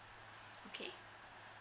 okay